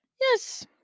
Yes